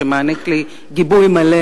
שמעניק לי גיבוי מלא